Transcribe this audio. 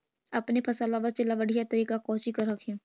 अपने फसलबा बचे ला बढ़िया तरीका कौची कर हखिन?